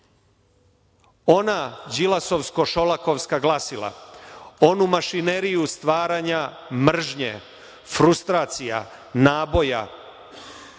ona Đilasovsko-Šolakovska glasila, onu mašineriju stvaranja mržnje, frustracija, naboja